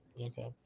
Okay